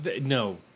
No